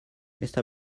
está